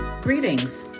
Greetings